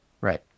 Right